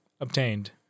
obtained